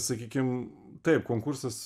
sakykim taip konkursas